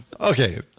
Okay